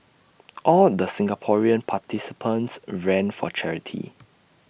all the Singaporean participants ran for charity